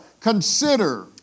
consider